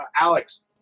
Alex